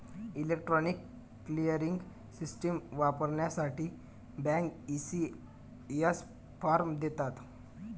electronic clearing system वापरण्यासाठी bank, ECS form देतात